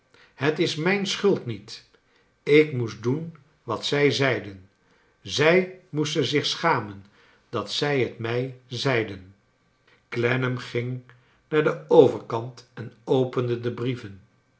het is mijn schuld niet ik moest doen wat zij zeiden zij moesten zich schamen dat zij t mij zeiden clennam ging naar den overkant en opende de brieven